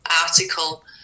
article